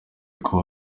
kuba